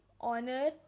honor